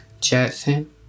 Jackson